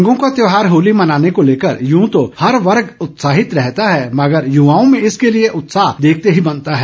रंगों का त्योहार होली मनाने को लेकर यूं तो हर वर्ण उत्साहित रहता है मगर युवाओं मैं इसके लिए उत्साह देखते ही बनता है